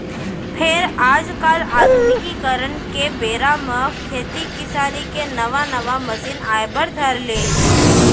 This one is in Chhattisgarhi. फेर आज काल आधुनिकीकरन के बेरा म खेती किसानी के नवा नवा मसीन आए बर धर लिस